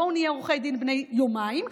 בואו נהיה עורכי דין בני יומיים,